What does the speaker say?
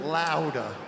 louder